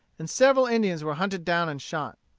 and several indians were hunted down and shot.